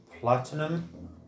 Platinum